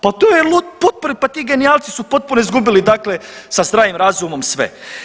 Pa to je potpuno, pa ti genijalci su potpuno izgubili, dakle sa zdravim razumom sve.